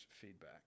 feedback